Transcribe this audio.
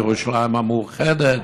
ירושלים המאוחדת,